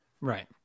Right